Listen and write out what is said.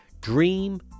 Dream